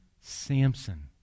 Samson